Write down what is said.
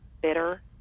bitter